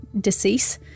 decease